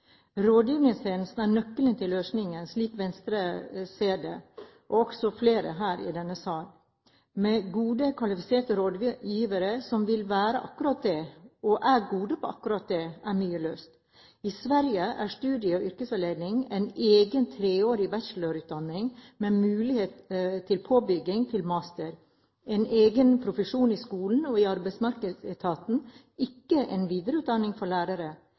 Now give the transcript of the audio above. Rådgivningstjenesten er nøkkelen til løsningen, slik Venstre og også flere her i denne sal ser det. Med gode, kvalifiserte rådgivere som vil være akkurat det, og som er gode på akkurat det, vil mye være løst. I Sverige er studie- og yrkesveiledning en egen treårig bachelorutdanning med mulighet til påbygging til master, en egen profesjon i skolen og arbeidsmarkedsetaten – ikke en videreutdanning for lærere.